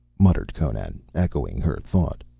muttered conan, echoing her thought.